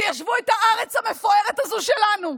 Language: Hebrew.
תיישבו את הארץ המפוארת הזו שלנו.